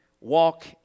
Walk